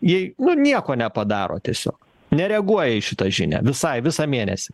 jei nu nieko nepadaro tiesiog nereaguoja į šitą žinią visai visą mėnesį